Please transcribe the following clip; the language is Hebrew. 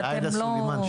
ואתם לא --- עאידה סלימאן,